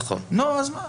אז מה הבעיה?